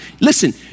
listen